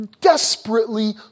desperately